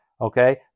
okay